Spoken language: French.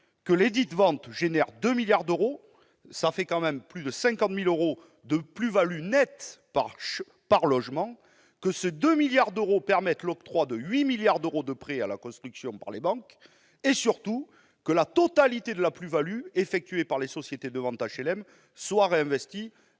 que lesdites ventes génèrent 2 milliards d'euros- cela représente tout de même 50 000 euros de plus-value nette par logement -, que ces 2 milliards d'euros permettent l'octroi de 8 milliards d'euros de prêts à la construction par les banques, et surtout que la totalité de la plus-value effectuée par les sociétés de vente d'HLM soit réinvestie